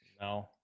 No